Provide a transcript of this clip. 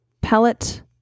pellet